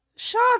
Shut